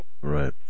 Right